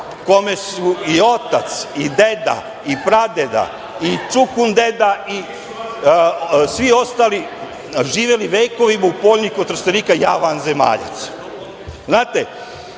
kome su i otac i deda i pradeda i čukundeda i svi ostali živeli vekovima u Poljniku kod Trstenika, ja vanzemaljac?!